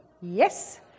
Yes